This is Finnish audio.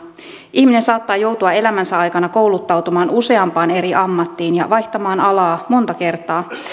ihminen saattaa joutua elämänsä aikana kouluttautumaan useampaan eri ammattiin ja vaihtamaan alaa monta kertaa